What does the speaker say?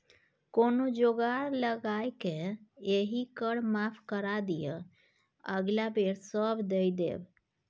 कोनो जोगार लगाकए एहि कर माफ करा दिअ अगिला बेर सभ दए देब